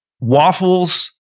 waffles